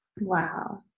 wow